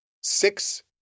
Six